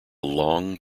long